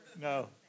no